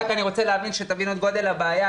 רק אני רוצה שתבינו את גודל הבעיה,